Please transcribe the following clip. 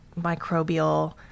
microbial